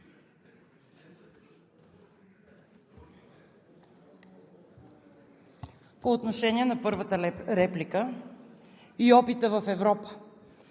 По отношение на първата реплика и опита в Европа.